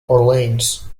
orleans